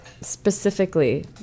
specifically